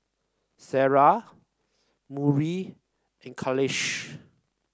Sarah Murni and Khalish